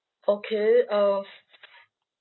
okay uh